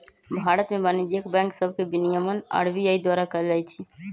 भारत में वाणिज्यिक बैंक सभके विनियमन आर.बी.आई द्वारा कएल जाइ छइ